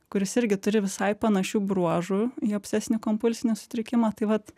kuris irgi turi visai panašių bruožų į obsesinį kompulsinį sutrikimą tai vat